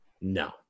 No